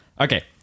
Okay